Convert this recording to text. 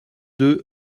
deux